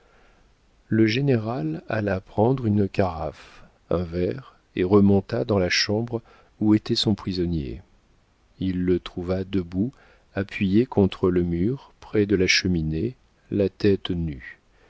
le général alla prendre une carafe un verre et remonta dans la chambre où était son prisonnier il le trouva debout appuyé contre le mur près de la cheminée la tête nue